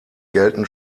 gelten